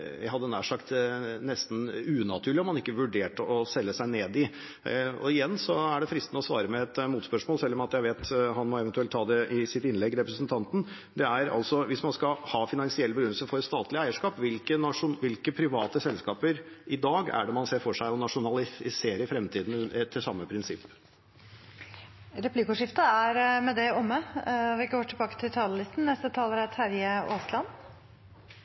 hadde jeg nær sagt, om man ikke vurderte å selge seg ned i. Igjen er det fristende å svare med et motspørsmål, selv om jeg vet at representanten eventuelt må ta det i sitt innlegg: Hvis man skal ha en finansiell begrunnelse for statlig eierskap, hvilke private selskaper i dag er det man ser for seg å nasjonalisere i fremtiden etter samme prinsipp? Replikkordskiftet er med det omme. Jeg har lyst til å starte med å takke saksordføreren for at vi